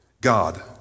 God